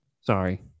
Sorry